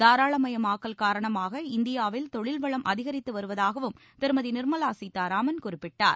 தாராளமயமாக்கல் காரணமாக இந்தியாவில் தொழில்வளம் அதிகரித்து வருவதாகவும் திருமதி நீர்மவா சீதாராமன் குறிப்பிட்டார்